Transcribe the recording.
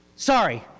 sorry.